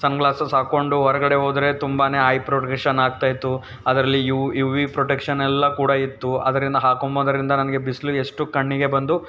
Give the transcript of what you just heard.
ಸನ್ glasses ಹಾಕೊಂಡು ಹೊರಗಡೆ ಹೋದರೆ ತುಂಬಾ ಐ ಆಗ್ತ ಇತ್ತು ಅದರಲ್ಲಿ ಯು ವಿ ಪ್ರೊಟೆಕ್ಷನ್ ಎಲ್ಲ ಕೂಡ ಇತ್ತು ಅದರಿಂದ ಹಾಕೊಂಬೊದರಿಂದ ನನಗೆ ಬಿಸಿಲಿಗೆ ಎಷ್ಟು ಕಣ್ಣಿಗೆ ಬಂದು